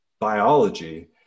biology